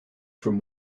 from